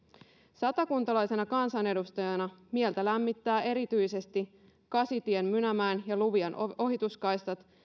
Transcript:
satakuntalaisena kansanedustajana mieltä lämmittävät erityisesti kasitien mynämäen ja luvian ohituskaistat